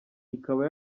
ikaba